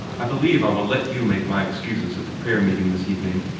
i believe i will let you make my excuses at the prayer-meeting this evening,